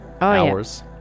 Hours